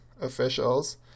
officials